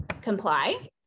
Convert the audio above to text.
comply